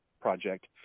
project